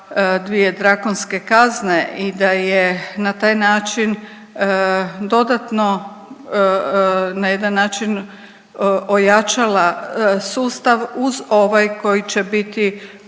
dvije drakonske kazne i da je na taj način dodatno na jedan način ojačala sustav uz ovaj koji će biti